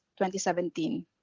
2017